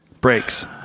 brakes